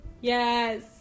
Yes